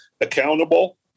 accountable